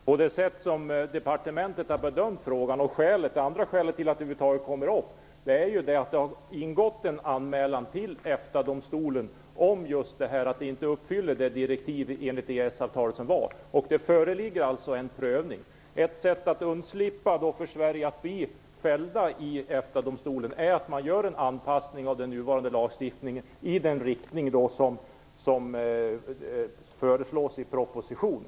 Herr talman! Såsom departementet har bedömt frågan är det första skälet till att frågan över huvud kommer upp att det har ingått en anmälan till EFTA domstolen av att handläggningen inte tillgodoser kraven i EES-avtalet. En prövning är alltså på gång. Ett sätt för Sverige att undvika att bli fällt i EFTA domstolen är att man gör en anpassning av den nuvarande lagstiftningen i den riktning som föreslås i propositionen.